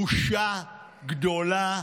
בושה גדולה,